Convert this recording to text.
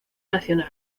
nacional